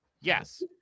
Yes